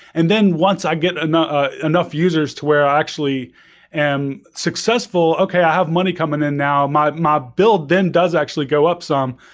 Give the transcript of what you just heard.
and then once i get enough ah enough users to where i actually am successful, okay, i have money coming in now, my my build then does actually go up some,